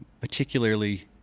particularly